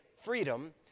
freedom